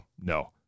no